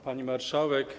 Pani Marszałek!